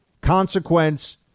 consequence